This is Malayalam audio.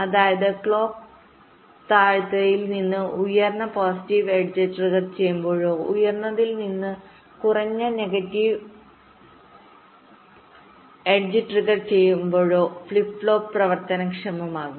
അതായത് ക്ലോക്ക് താഴ്ന്നതിൽ നിന്ന് ഉയർന്ന പോസിറ്റീവ് എഡ്ജ് ട്രിഗർ ചെയ്യുമ്പോഴോ ഉയർന്നതിൽ നിന്ന് കുറഞ്ഞ നെഗറ്റീവ് എഡ്ജ് ട്രിഗർ ചെയ്യുമ്പോഴോ ഫ്ലിപ്പ് ഫ്ലോപ്പ് പ്രവർത്തനക്ഷമമാകും